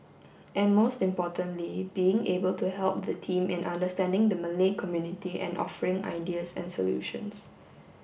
and most importantly being able to help the team in understanding the Malay community and offering ideas and solutions